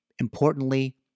Importantly